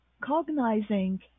cognizing